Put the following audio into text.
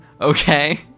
Okay